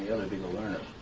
to be the learner.